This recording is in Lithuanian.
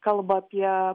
kalba apie